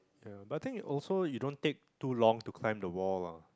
yeah but I think also you don't take too long to climb the wall lah